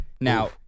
Now